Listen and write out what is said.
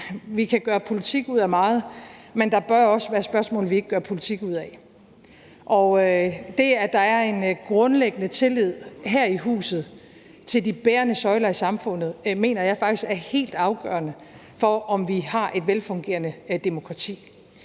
vi kan gøre politik ud af meget, men der bør også være spørgsmål, vi ikke gør politik ud af. Og det, at der er en grundlæggende tillid her i huset til de bærende søjler i samfundet, mener jeg faktisk er helt afgørende for, om vi har et velfungerende demokrati,